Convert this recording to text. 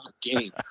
game